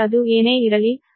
u ಬರುತ್ತದೆ